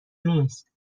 نیست